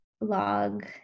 log